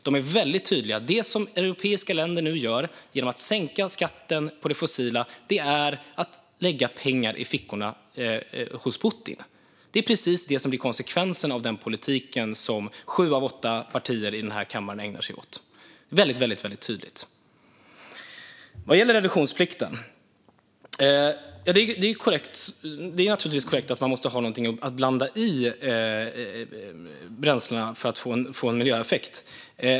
De är väldigt tydliga: Det som europeiska länder nu gör genom att sänka skatten på det fossila är att lägga pengar i fickorna hos Putin. Det är precis det som blir konsekvensen av den politik som sju av åtta partier i den här kammaren ägnar sig åt. Det är väldigt tydligt. Vad gäller reduktionsplikten är det naturligtvis korrekt att man måste ha någonting att blanda i bränslena för att få en miljöeffekt.